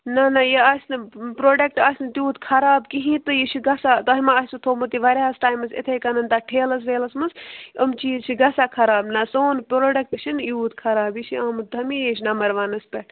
نہَ نہَ یہِ آسہِ نہٕ پرٛوڈکٹہٕ آسہِ نہٕ تیٛوٗت خراب کِہیٖنٛۍ تہٕ یہِ چھُ گَژھان تۄہہِ ما آسوٕ تھاومُت یہِ واریاہَس ٹایمَس یِتھٕے کٔنۍ تتھ ٹھیلَس ویلَس منٛز یِم چیٖز چھِ گَژھان خراب نہٕ سون پرٛوڈکٹ چھُنہٕ یوٗت خراب یہِ چھُ آمُت دمیش نمبر وَنَس پیٚٹھ